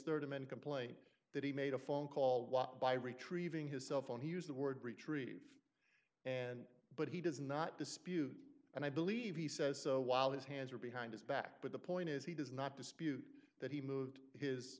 to many complaint that he made a phone call walked by retrieving his cell phone he used the word retrieve and but he does not dispute and i believe he says so while his hands are behind his back but the point is he does not dispute that he moved his